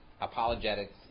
apologetics